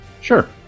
Sure